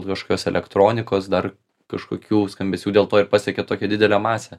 kažkokios elektronikos dar kažkokių skambesių dėl to ir pasiekė tokią didelę masę